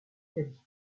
italie